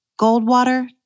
Goldwater